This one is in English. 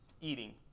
eating